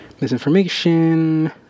misinformation